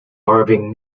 irving